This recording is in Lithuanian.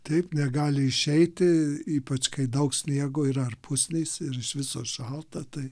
taip negali išeiti ypač kai daug sniego yra ar pusnys ir iš viso šalta tai